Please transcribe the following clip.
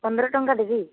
ପନ୍ଦର ଟଙ୍କା ଦେବି